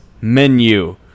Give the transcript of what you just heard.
menu